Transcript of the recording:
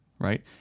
right